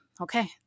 Okay